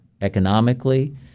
economically